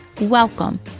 Welcome